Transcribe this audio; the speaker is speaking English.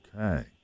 Okay